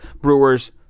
Brewers